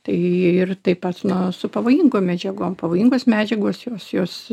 tai ir taip pat na su pavojingom medžiagom pavojingos medžiagos jos jos